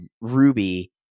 Ruby